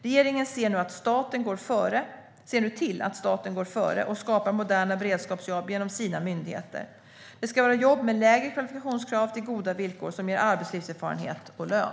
Regeringen ser nu till att staten går före och skapar moderna beredskapsjobb genom sina myndigheter. Det ska vara jobb med lägre kvalifikationskrav till goda villkor som ger arbetslivserfarenhet och lön.